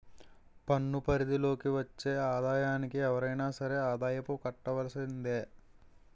పన్ను పరిధి లోకి వచ్చే ఆదాయానికి ఎవరైనా సరే ఆదాయపు కట్టవలసిందే